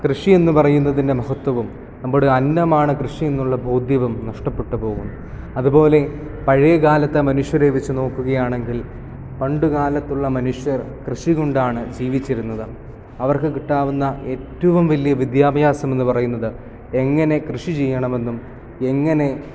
കൃഷി എന്നു പറയുന്നതിൻ്റെ മഹത്വവും നമ്മുടെ അന്നമാണ് കൃഷി എന്നുള്ള ബോധ്യവും നഷ്ടപ്പെട്ടു പോകും അതുപോലെ പഴയകാലത്തെ മനുഷ്യരെ വെച്ച് നോക്കുകയാണെങ്കിൽ പണ്ടു കാലത്തുള്ള മനുഷ്യർ കൃഷികൊണ്ടാണ് ജീവിച്ചിരുന്നത് അവർക്ക് കിട്ടാവുന്ന ഏറ്റവും വലിയ വിദ്യാഭ്യാസം എന്ന് പറയുന്നത് എങ്ങനെ കൃഷി ചെയ്യണം എന്നും എങ്ങനെ